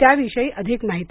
त्याविषयी अधिक माहिती